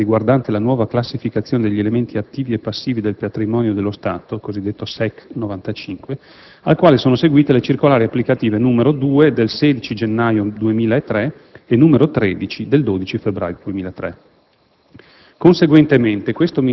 del 18 aprile 2002, riguardante la nuova classificazione degli elementi attivi e passivi del patrimonio dello Stato, il cosiddetto SEC 95, al quale sono seguite le circolari applicative n. 2 del 16 gennaio 2003 e n. 13 del 12 febbraio 2003.